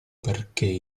perché